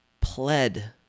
pled